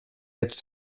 jetzt